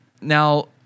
Now